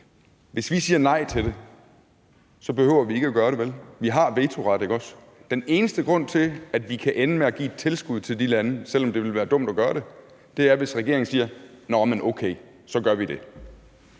nogle flere penge – så behøver vi ikke at gøre det, vel? Vi har en vetoret, ikke også? Den eneste grund til, at vi kan ende med at give et tilskud til de lande, selv om det ville være dumt at gøre det, er, hvis regeringen siger: Nå, men okay, så gør vi det.